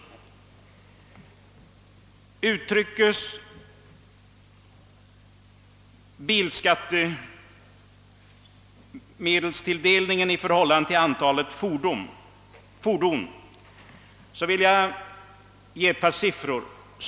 Jag vill emellertid nu bara ange ett par siffror som visar bilskattemedelstilldelningen i förhållande till antalet fordon.